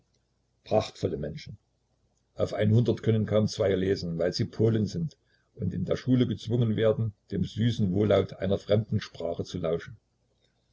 prachtvolle menschen auf ein hundert können kaum zweie lesen weil sie polen sind und in der schule gezwungen werden dem süßen wohllaut einer fremden sprache zu lauschen